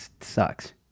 sucks